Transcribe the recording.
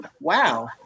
wow